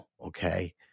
okay